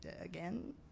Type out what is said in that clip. again